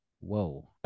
whoa